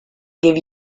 give